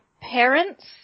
parents